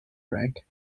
rank